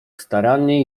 starannie